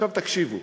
עכשיו תקשיבו,